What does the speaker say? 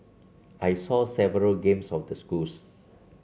I saw several games of the schools